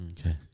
Okay